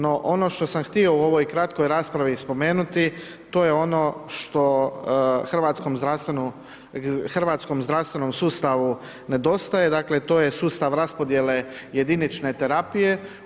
No ono što sam htio u ovoj kratkoj raspravi spomenuti to je ono što hrvatskom zdravstvenom sustavu nedostaje, dakle to je sustav raspodjele jedinične terapije.